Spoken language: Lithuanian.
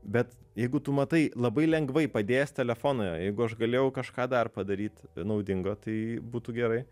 bet jeigu tu matai labai lengvai padėjęs telefoną jeigu aš galėjau kažką dar padaryt naudingo tai būtų gerai